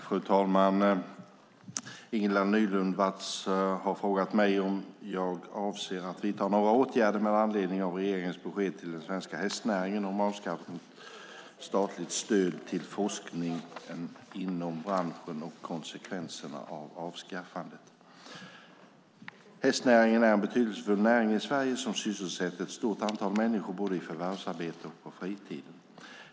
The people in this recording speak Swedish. Fru talman! Ingela Nylund Watz har frågat mig om jag avser att vidta några åtgärder med anledning av regeringens besked till den svenska hästnäringen om avskaffat statligt stöd till forskningen inom branschen och konsekvenserna av avskaffandet. Hästnäringen är en betydelsefull näring i Sverige som sysselsätter ett stort antal människor både i förvärvsarbete och på fritiden.